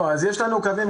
יודע ספציפית.